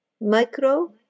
micro